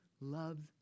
loves